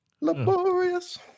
Laborious